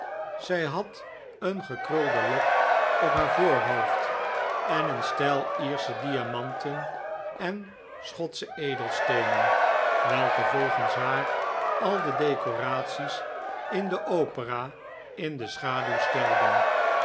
zij had een gekrulde lok op haar voorhoofd en een stel iersche diamanten en schotsche edelsteenen welke volgens haar al de decoraties in de opera in de schaduw stelden